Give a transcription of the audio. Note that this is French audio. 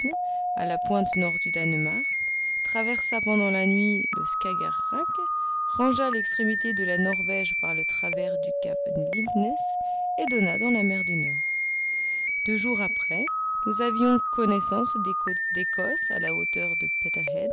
à la pointe nord du danemark traversa pendant la nuit le skager rak rangea l'extrémité de la norvège par le travers du cap lindness et donna dans la mer du nord deux jours après nous avions connaissance des côtes d'ecosse à la hauteur de